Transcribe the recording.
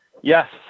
Yes